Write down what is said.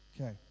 Okay